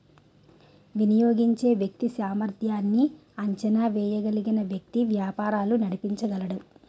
వినియోగించే వ్యక్తి సామర్ధ్యాన్ని అంచనా వేయగలిగిన వ్యక్తి వ్యాపారాలు నడిపించగలడు